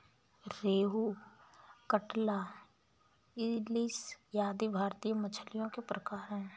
रोहू, कटला, इलिस आदि भारतीय मछलियों के प्रकार है